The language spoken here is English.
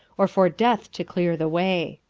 or for death to clear the way.